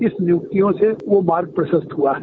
इस नियुक्तियों से वह मार्ग प्रशस्त हुआ है